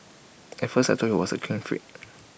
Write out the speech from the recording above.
at first I thought he was A clean freak